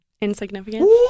insignificant